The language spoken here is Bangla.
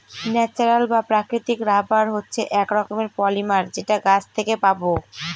ন্যাচারাল বা প্রাকৃতিক রাবার হচ্ছে এক রকমের পলিমার যেটা গাছ থেকে পাবো